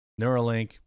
Neuralink